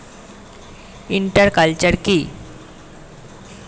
Inter culture কি?